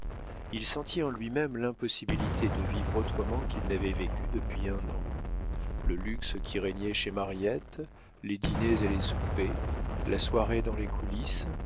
il sentit en lui-même l'impossibilité de vivre autrement qu'il n'avait vécu depuis un an le luxe qui régnait chez mariette les dîners et les soupers la soirée dans les coulisses